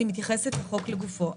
אני מתייחסת לחוק לגופו.